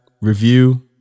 review